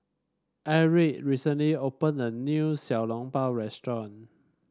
Erick recently opened a new Xiao Long Bao restaurant